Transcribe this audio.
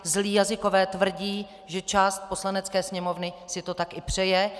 Zlí jazykové tvrdí, že část Poslanecké sněmovny si to tak i přeje.